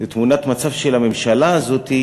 לתמונת מצב של הממשלה הזאת,